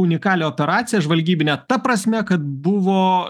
unikalią operaciją žvalgybinę ta prasme kad buvo